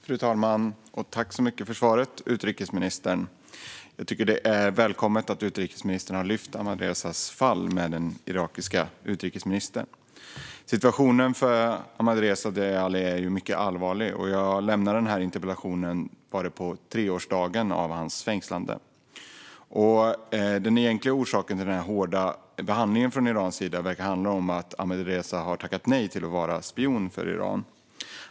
Fru talman! Tack så mycket för svaret, utrikesministern! Det är välkommet att utrikesministern har lyft Ahmadrezas fall med den iranske utrikesministern. Situationen för Ahmadreza Djalali är mycket allvarlig. Jag lämnade in interpellationen på treårsdagen av hans fängslande. Den egentliga orsaken till den hårda behandlingen från Irans sida verkar handla om att Ahmadreza har tackat nej till att vara spion för Iran.